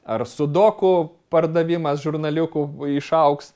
ar sudoku pardavimas žurnaliukų išaugs